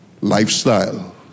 lifestyle